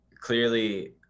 clearly